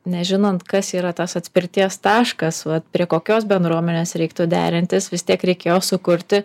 nežinant kas yra tas atspirties taškas vat prie kokios bendruomenės reiktų derintis vis tiek reikėjo sukurti